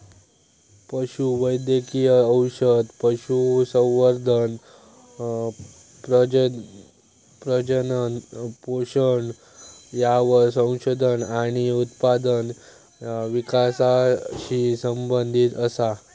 पशु वैद्यकिय औषध, पशुसंवर्धन, प्रजनन, पोषण यावर संशोधन आणि उत्पादन विकासाशी संबंधीत असा